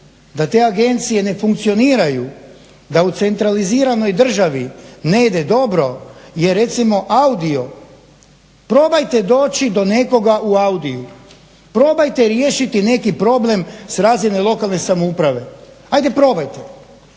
da te agencije ne funkcioniraju, da u centraliziranoj državi ne ide dobro jer recimo Audio, probajte doći do nekoga u Audio-u, probajte neki problem s razine lokalne samouprave. Ajde probajte.